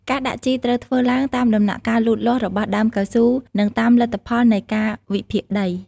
ការដាក់ជីត្រូវធ្វើឡើងតាមដំណាក់កាលលូតលាស់របស់ដើមកៅស៊ូ និងតាមលទ្ធផលនៃការវិភាគដី។